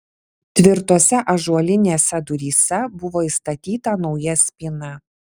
tvirtose ąžuolinėse duryse buvo įstatyta nauja spyna